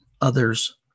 others